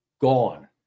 gone